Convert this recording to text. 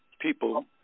people